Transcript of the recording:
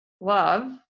love